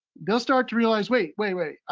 they'll start to realize, wait, wait, wait.